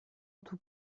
tout